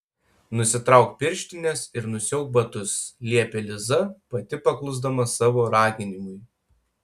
nusitrauk pirštines ir nusiauk batus liepė liza pati paklusdama savo raginimui